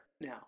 now